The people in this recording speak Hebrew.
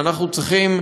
שאנחנו צריכים,